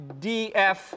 df